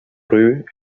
rue